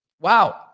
Wow